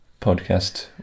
podcast